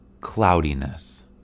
cloudiness